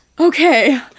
Okay